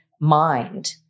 mind